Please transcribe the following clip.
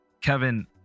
Kevin